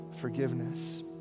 forgiveness